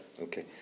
Okay